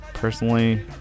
Personally